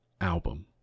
album